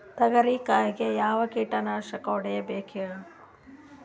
ತೊಗರಿ ಕಾಯಿಗೆ ಯಾವ ಕೀಟನಾಶಕ ಹೊಡಿಬೇಕರಿ?